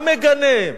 המגנה.